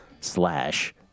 slash